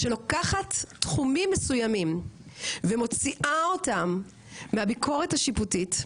שלוקחת תחומים מסוימים ומוציאה אותם מהביקורת השיפוטית,